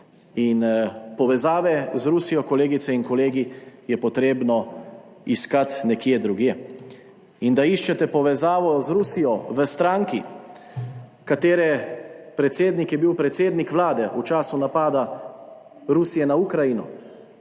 Povezave z Rusijo, kolegice in kolegi, je potrebno iskati nekje drugje. Da iščete povezavo z Rusijo v stranki, katere predsednik je bil predsednik vlade v času napada Rusije na Ukrajino,